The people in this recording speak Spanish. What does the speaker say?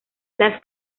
las